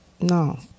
no